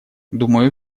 думаю